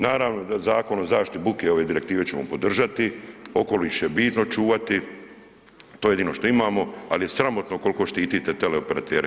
Naravno da Zakon o zaštiti buke ove direktive ćemo podržati, okoliš je bitno čuvati, to je jedino što imamo ali je sramotno koliko štitite teleoperatere.